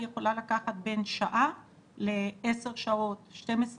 היא יכולה לקחת בין שעה לעשר שעות, 12 שעות,